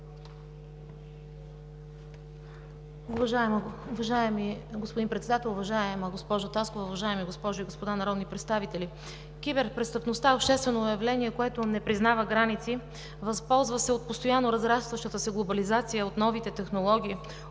Киберпрестъпността е обществено явление, което не признава граници, възползва се от постоянно разрастващата се глобализация от новите технологии,